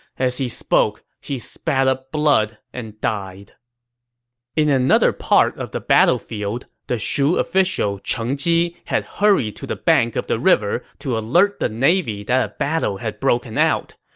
as he spoke, he spat up blood and died in another part of the battlefield, the shu official cheng ji had hurried to the bank of the river to alert the navy that a battle had broken out.